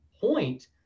point